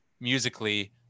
musically